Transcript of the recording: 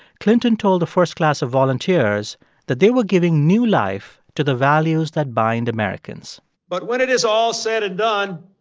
clinton told the first class of volunteers that they were giving new life to the values that bind americans but when it is all said and done,